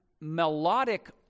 melodic